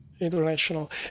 International